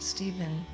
Stephen